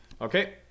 Okay